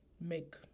make